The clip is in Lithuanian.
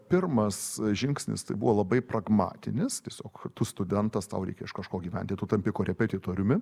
pirmas žingsnis tai buvo labai pragmatinis tiesiog tu studentas tau reikia iš kažko gyventi tu tampi korepetitoriumi